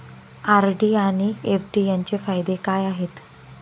RD आणि FD यांचे फायदे काय आहेत?